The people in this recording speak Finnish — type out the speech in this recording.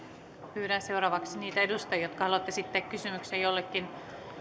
pyydän seuraavaksi niitä edustajia jotka haluavat esittää kysymyksiä jollekin